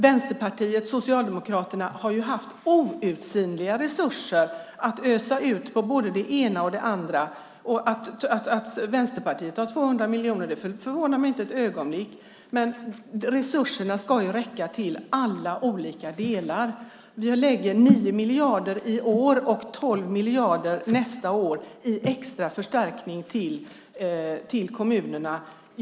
Vänsterpartiet och Socialdemokraterna har ju haft outsinliga resurser att ösa ur till både det ena och det andra. Att Vänsterpartiet har 200 miljoner förvånar mig inte ett ögonblick. Men resurserna ska ju räcka till alla olika delar. Vi lägger 9 miljarder i år och 12 miljarder nästa år i extra förstärkning till kommunerna.